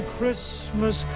Christmas